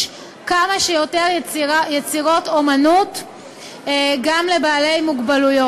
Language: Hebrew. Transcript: כמה שיותר יצירות אמנות גם לאנשים עם מוגבלות.